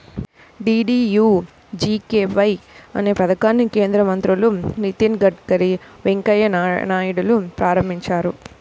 DDUGKY అనే పథకాన్ని కేంద్ర మంత్రులు నితిన్ గడ్కరీ, వెంకయ్య నాయుడులు ప్రారంభించారు